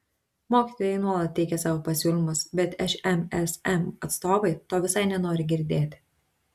mokytojai nuolat teikia savo pasiūlymus bet šmsm atstovai to visai nenori girdėti